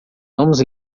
vamos